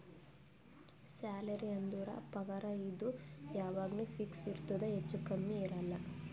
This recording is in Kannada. ಸ್ಯಾಲರಿ ಅಂದುರ್ ಪಗಾರ್ ಇದು ಯಾವಾಗ್ನು ಫಿಕ್ಸ್ ಇರ್ತುದ್ ಹೆಚ್ಚಾ ಕಮ್ಮಿ ಇರಲ್ಲ